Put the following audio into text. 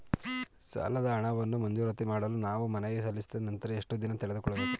ಸಾಲದ ಹಣವನ್ನು ಮಂಜೂರಾತಿ ಮಾಡಲು ನಾವು ಮನವಿ ಸಲ್ಲಿಸಿದ ನಂತರ ಎಷ್ಟು ದಿನ ತೆಗೆದುಕೊಳ್ಳುತ್ತದೆ?